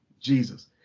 Jesus